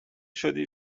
شدی